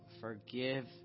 forgive